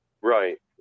Right